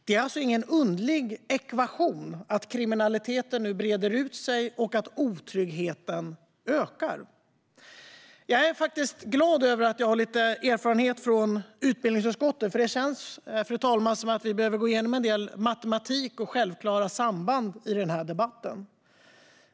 Det är alltså ingen underlig ekvation att kriminaliteten nu breder ut sig och att otryggheten ökar. Jag är faktiskt glad över att jag har lite erfarenhet från utbildningsutskottet, för det känns som om vi behöver gå igenom en del matematik och självklara samband i den här debatten.